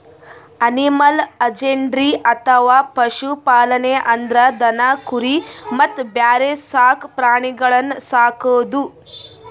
animal husbandry ಅಥವಾ ಪಶು ಪಾಲನೆ ಅಂದ್ರ ದನ ಕುರಿ ಮತ್ತ್ ಬ್ಯಾರೆ ಸಾಕ್ ಪ್ರಾಣಿಗಳನ್ನ್ ಸಾಕದು